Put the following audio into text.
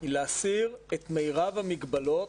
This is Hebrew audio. היא להסיר את מירב המגבלות,